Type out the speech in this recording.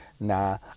Nah